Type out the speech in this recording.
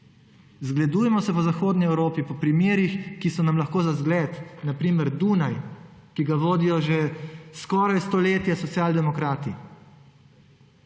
Zgledujmo se po zahodni Evropi, po primerih, ki so nam lahko za zgled, na primer Dunaj, ki ga vodijo že skoraj stoletje socialdemokrati,